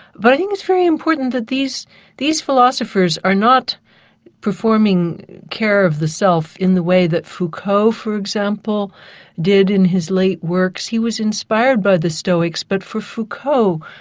but i think it's very important that these these philosophers are not performing care of the self in the way that foucault for example did in his late works. he was inspired by the stoics but for foucault,